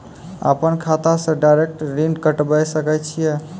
अपन खाता से डायरेक्ट ऋण कटबे सके छियै?